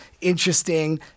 interesting